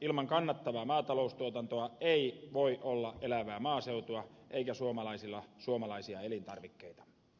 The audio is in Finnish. ilman kannattavaa maataloustuotantoa ei voi olla elävää maaseutua eikä suomalaisilla suomalaisia elintarvikkeita